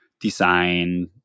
design